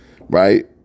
right